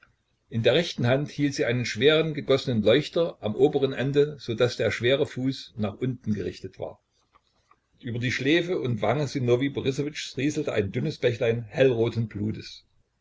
in der rechten hand hielt sie einen schweren gegossenen leuchter am oberen ende so daß der schwere fuß nach unten gerichtet war über die schläfe und wange sinowij borissowitschs rieselte ein dünnes bächlein hellroten blutes